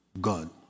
God